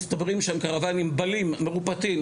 שהוא מאוד רלוונטי לאוכלוסייה הבדואית,